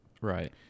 Right